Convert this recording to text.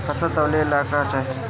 फसल तौले ला का चाही?